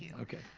okay.